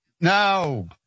no